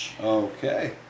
Okay